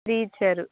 three ఇచ్చారు